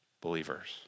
believers